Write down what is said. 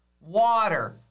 Water